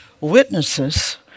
witnesses